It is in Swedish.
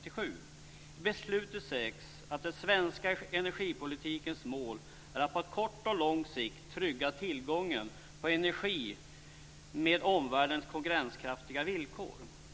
I beslutet sägs att den svenska energipolitikens mål är att på kort och lång sikt trygga tillgången på energi med omvärldens konkurrenskraftiga villkor.